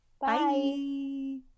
Bye